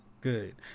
good